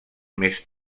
més